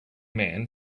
man